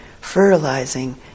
fertilizing